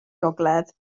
gogledd